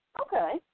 okay